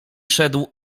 szedł